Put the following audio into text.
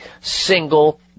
single